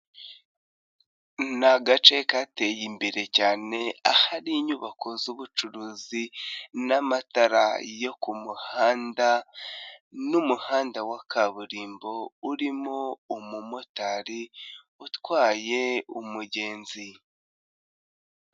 Ni agace kateye imbere cyane ahari inyubakozu'ubucuruzi n'amatara yo kumuhanda, n'umuhanda wa kaburimbo urimo umumotari utwaye umugenzi.